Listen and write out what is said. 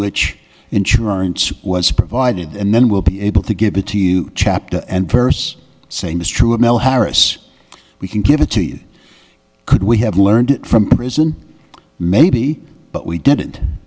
which insurance was provided and then we'll be able to give it to you chapter and verse same as true of mel harris we can give it to you could we have learned from prison maybe but we did